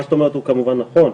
מה שאת אומרת כמובן נכון,